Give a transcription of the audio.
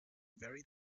vary